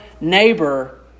neighbor